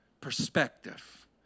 perspective